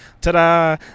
ta-da